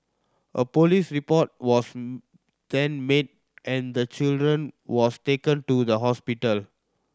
a police report was then made and the children was taken to the hospital